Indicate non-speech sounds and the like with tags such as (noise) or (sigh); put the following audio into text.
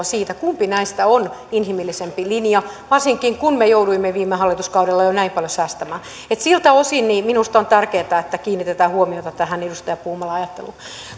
(unintelligible) siitä kumpi näistä on inhimillisempi linja varsinkin kun me jouduimme viime hallituskaudella jo näin paljon säästämään siltä osin minusta on tärkeätä että kiinnitetään huomiota tähän edustaja puumalan ajatteluun